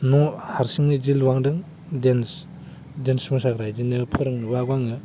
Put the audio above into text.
न' हारसिं बिदि लुहांदों डेन्स मोसाग्रा बिदिनो फोरोंनोबो हागौ आङो